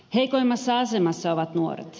heikoimmassa asemassa ovat nuoret